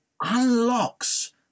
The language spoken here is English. unlocks